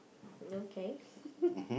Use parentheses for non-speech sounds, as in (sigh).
okay (laughs)